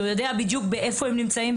שהוא יודע איפה הם נמצאים.